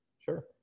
Sure